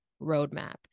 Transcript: roadmap